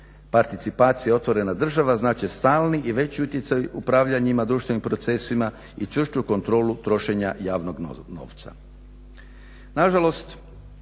Participacija otvorena država znači stalni i veći utjecaj upravljanjima društvenim procesima i čvrstu kontrolu trošenja javnog novca. Nažalost